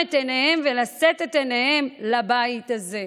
את עיניהם ולשאת את עיניהם לבית הזה.